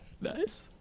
Nice